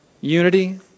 Unity